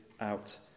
out